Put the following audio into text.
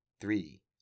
three